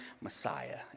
Messiah